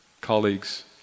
colleagues